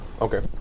Okay